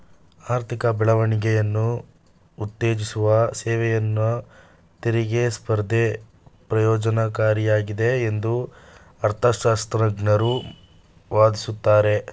ಆರ್ಥಿಕ ಬೆಳವಣಿಗೆಯನ್ನ ಉತ್ತೇಜಿಸುವ ಸೇವೆಯನ್ನ ತೆರಿಗೆ ಸ್ಪರ್ಧೆ ಪ್ರಯೋಜ್ನಕಾರಿಯಾಗಿದೆ ಎಂದು ಅರ್ಥಶಾಸ್ತ್ರಜ್ಞರು ವಾದಿಸುತ್ತಾರೆ